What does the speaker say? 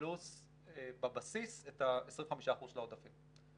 פלוס בבסיס את ה-25% של העודפים.